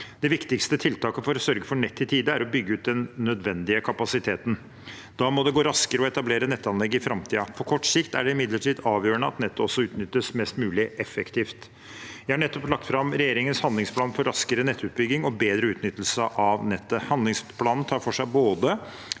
Det viktigste tiltaket for å sørge for nett i tide er å bygge ut den nødvendige kapasiteten. Da må det gå raskere å etablere nettanlegg i framtiden. På kort sikt er det imidlertid avgjørende at nettet også utnyttes mest mulig effektivt. Jeg har nettopp lagt fram regjeringens handlingsplan for raskere nettutbygging og bedre utnyttelse av nettet. Handlingsplanen tar for seg